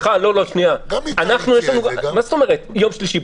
מה זאת אומרת ביום שלישי?